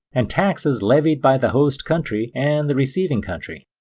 and taxes levied by the host country and the receiving country.